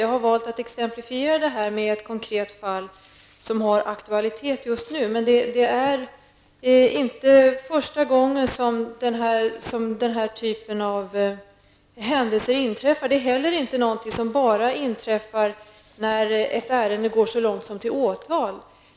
Jag har valt att exemplifiera min fråga med ett konkret fall som har aktualitet just nu, men det är inte första gången som den här typen av händelse inträffar. Det är heller inte någonting som inträffar bara när ett ärende går så långt som till åtal.